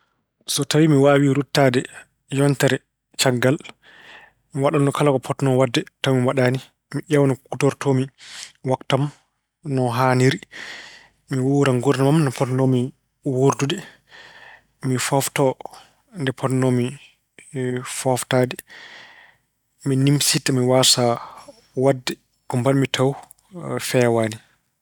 So tawi mi waawii ruttaade yontere caggal, mi waɗɗannoo kala ko potnoo-mi waɗde tawa mi waɗaani. Mi ƴeewa no kuutortoo-mi waktu am no haaniri. Mi wuura nguurndam am no potnoo-mi wuurdude. Mi fooftoo nde potnoo-mi fooftaade. Mi nimsita. Mi waasa waɗde ko mbaɗmi tawa feewaani.